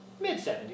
mid-70s